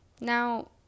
Now